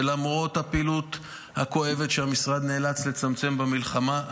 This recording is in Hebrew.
ולמרות הפעילות הכואבת שהמשרד נאלץ לצמצם במלחמה,